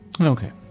Okay